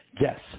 Yes